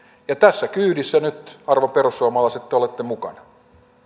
ja tässä kyydissä nyt arvon perussuomalaiset te te olette mukana